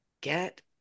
get